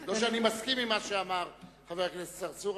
לא שאני מסכים עם מה שאמר חבר הכנסת צרצור,